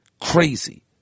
crazy